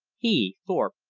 he, thorpe,